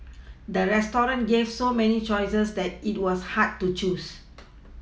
the restaurant gave so many choices that it was hard to choose